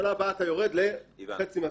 שנה הבאה אתה יורד לחצי מהסכום,